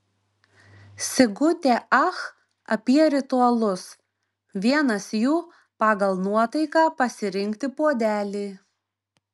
sigutė ach apie ritualus vienas jų pagal nuotaiką pasirinkti puodelį